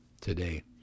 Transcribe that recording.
today